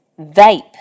vape